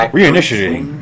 Reinitiating